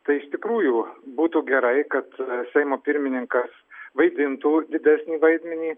tai iš tikrųjų būtų gerai kad seimo pirmininkas vaidintų didesnį vaidmenį